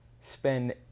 spend